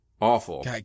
Awful